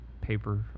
paper